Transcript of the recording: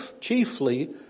chiefly